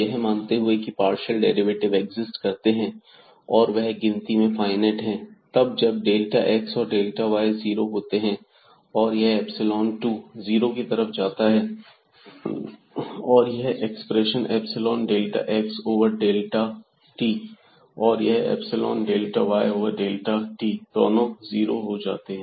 यह मानते हुए कि यह पार्शियल डेरिवेटिव एक्सिस्ट करते हैं और वह गिनती में फाईनाइट हैं तब जब डेल्टा x और डेल्टा y जीरो होते हैं और यह इप्सिलोन 2 जीरो की तरफ जाता है और यह expression epsilon delta x over delta t और यह epsilon delta y over delta t दोनों जीरो हो जाते हैं